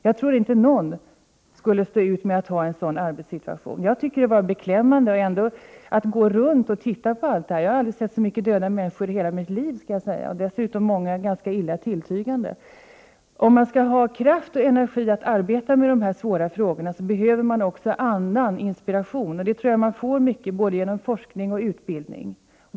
Jag tror inte att någon skulle stå ut med att ha en sådan arbetssituation. Under vårt studiebesök gick vi runt på rättsläkarstationen och tittade. Det var beklämmande. Jag har aldrig sett så många döda människor under hela mitt liv, och dessutom var många ganska illa tilltygade. Om man skall ha kraft och energi att arbeta med dessa svåra frågor behövs också anda och inspiration, vilket man kan få genom såväl forskning som utbildning.